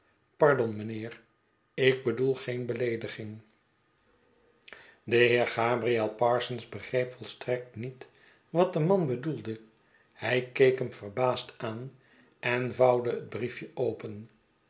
pardon meneer ik bedoel geen beleediging de heer gabriel parsons begreep volstrekt niet wat de man bedoelde hij keek hem verbaasd aan en vouwde het briefje open